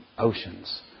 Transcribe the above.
oceans